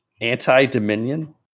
anti-Dominion